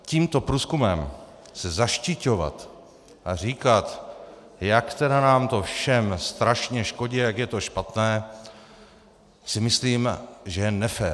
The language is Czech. Tímto průzkumem se zaštiťovat a říkat, jak tedy nám to všem strašně škodí a jak je to špatné, si myslím, že je nefér.